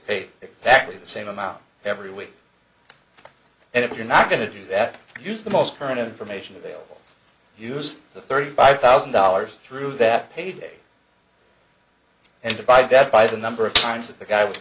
paid exactly the same amount every week and if you're not going to do that use the most current information available use the thirty five thousand dollars through that payday and divide that by the number of times that the guy was